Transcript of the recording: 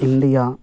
India